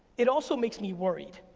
it also makes me worried.